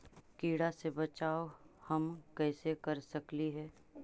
टीडा से बचाव हम कैसे कर सकली हे?